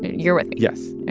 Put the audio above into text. you're with me? yes.